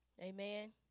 Amen